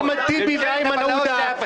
אחמד טיבי ואיימן עודה -- הבלהות זה אתם.